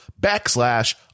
backslash